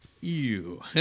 Ew